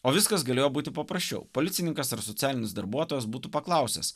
o viskas galėjo būti paprasčiau policininkas ar socialinis darbuotojas būtų paklausęs